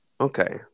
okay